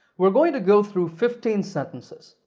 we're going to go through fifteen sentences.